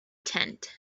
tent